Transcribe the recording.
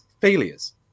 failures